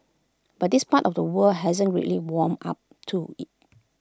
but this part of the world hasn't greatly warmed up to IT